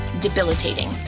debilitating